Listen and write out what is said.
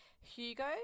Hugo